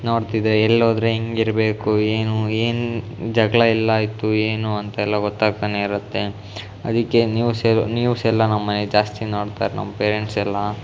ನೋಡ್ತಿದ್ದರೆ ಎಲ್ಲೋದರೆ ಹೆಂಗೆ ಇರಬೇಕು ಏನು ಏನು ಜಗಳ ಎಲ್ಲಾಯಿತು ಏನು ಅಂತೆಲ್ಲ ಗೊತ್ತಾಗ್ತನೇ ಇರುತ್ತೆ ಅದಕ್ಕೆ ನ್ಯೂಸ್ ಎಲ್ಲ ನ್ಯೂಸೆಲ್ಲ ನಮ್ಮನೇಲಿ ಜಾಸ್ತಿ ನೋಡ್ತಾರೆ ನಮ್ಮ ಪೇರೆಂಟ್ಸೆಲ್ಲ